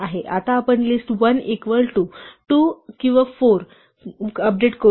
आता आपण list 1 equal to 2 करून 4 मध्ये अपडेट करतो